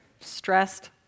stressed